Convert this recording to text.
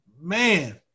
man